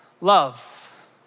love